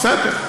בסדר.